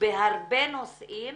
בהרבה נושאים,